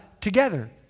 together